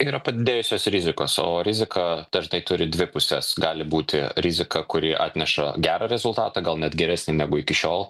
yra padidėjusios rizikos o rizika dažnai turi dvi puses gali būti rizika kuri atneša gerą rezultatą gal net geresnį negu iki šiol